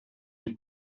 die